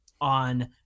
on